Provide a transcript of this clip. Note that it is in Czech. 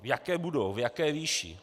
Jaké budou, v jaké výši?